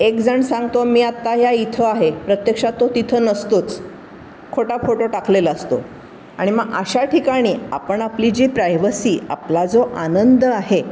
एक जण सांगतो मी आत्ता या इथं आहे प्रत्यक्षात तो तिथं नसतोच खोटा फोटो टाकलेला असतो आणि मग अशा ठिकाणी आपण आपली जी प्रायवसी आपला जो आनंद आहे